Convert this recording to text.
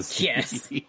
Yes